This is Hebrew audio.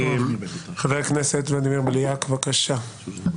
חבר הכנסת ולדימיר בליאק, בבקשה.